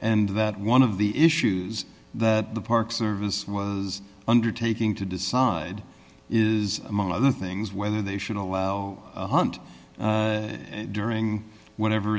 and that one of the issues that the park service was undertaking to decide is among other things whether they should allow hunt during whatever